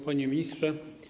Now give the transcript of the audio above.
Panie Ministrze!